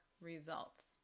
results